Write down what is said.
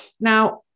Now